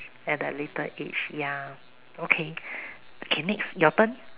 at the later age ya okay K next your turn